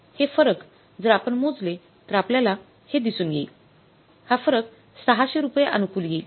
हे फरक जर आपण मोजले तर आपल्यला हे दिसून येईल हा फरक ६०० रुपये अनुकूल येईल